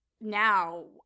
now